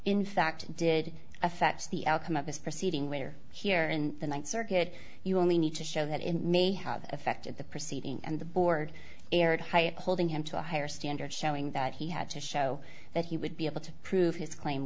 fact did affect the outcome of this proceeding we're here in the ninth circuit you only need to show that it may have affected the proceeding and the board erred hiatt holding him to a higher standard showing that he had to show that he would be able to prove his claim